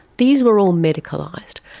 these were all medicalised.